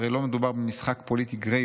הרי לא מדובר במשחק פוליטי גרידא,